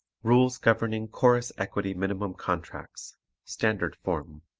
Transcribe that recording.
rules governing chorus equity minimum contracts standard form